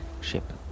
ship